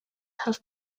have